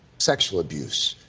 sexual abuse,